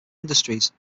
industries